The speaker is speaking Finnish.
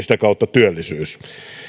sitä kautta työllisyys